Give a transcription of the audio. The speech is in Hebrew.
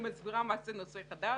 אני מסבירה מה זה נושא חדש,